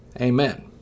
Amen